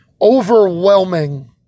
overwhelming